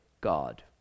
God